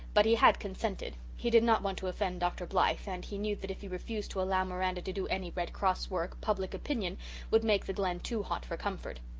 but he had consented he did not want to offend dr. blythe, and he knew that if he refused to allow miranda to do any red cross work public opinion would make the glen too hot for comfort.